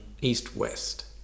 East-West